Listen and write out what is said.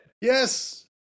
Yes